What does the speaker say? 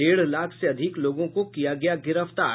डेढ़ लाख से अधिक लोगों को किया गया गिरफ्तार